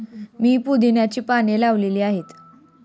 मी पुदिन्याची पाने लावली आहेत